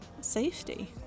Safety